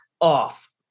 off